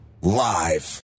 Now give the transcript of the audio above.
Live